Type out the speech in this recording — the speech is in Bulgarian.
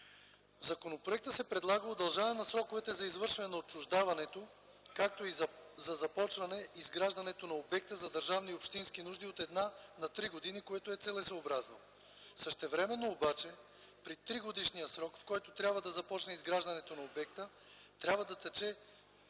законопроекта се предлага удължаване на срока за извършване на отчуждаването, както и за започване изграждането на обекти за държавни и общински нужди от една на три години, което е целесъобразно. Същевременно обаче тригодишният срок, в който трябва да започне изграждането на обекта, трябва да тече